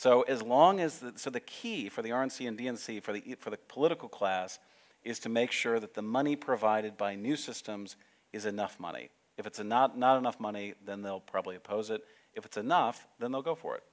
so as long as that so the key for the d n c for the for the political class is to make sure that the money provided by new systems is enough money if it's not not enough money then they'll probably oppose it if it's enough then they'll go for it